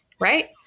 Right